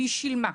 והיא שילמה.